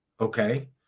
okay